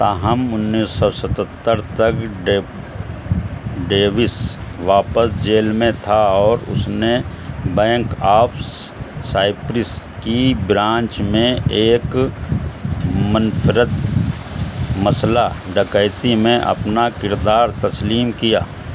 تاہم انیس سو ستہتر تک ڈیوس واپس جیل میں تھا اور اس نے بینک آف سائپرس کی برانچ میں ایک منفرد مسلح ڈکیتی میں اپنا کردار تسلیم کیا